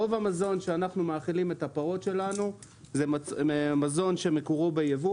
רוב המזון שאנחנו מאכילים את הפרות שלנו זה מזון שמקורו בייבוא